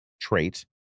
trait